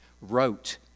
wrote